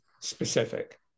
specific